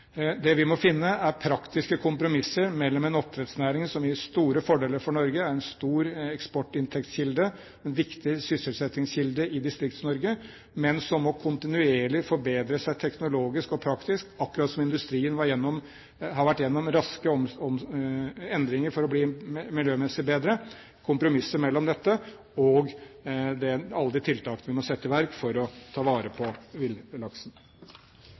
Det vi må finne, er praktiske kompromisser mellom en oppdrettsnæring som gir store fordeler for Norge – det er en stor eksportinntektskilde, en viktig sysselsettingskilde i Distrikts-Norge, men som kontinuerlig må forbedre seg teknologisk og praktisk, akkurat som industrien har vært gjennom raske endringer for å bli miljømessig bedre – og alle de tiltakene vi må sette i verk for å ta vare på